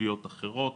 סוגיות אחרות.